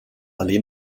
alleen